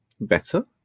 better